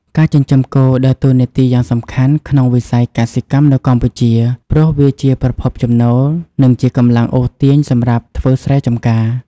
ការចិញ្ចឹមគោដើរតួនាទីយ៉ាងសំខាន់ក្នុងវិស័យកសិកម្មនៅកម្ពុជា ព្រោះវាជាប្រភពចំណូល និងជាកម្លាំងអូសទាញសម្រាប់ធ្វើស្រែចម្ការ។